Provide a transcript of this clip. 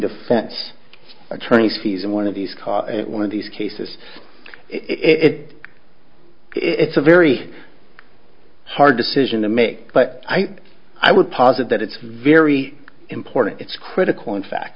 defense attorneys fees and one of these cause one of these cases it it's a very hard decision to make but i would posit that it's very important it's critical in fact